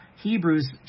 Hebrews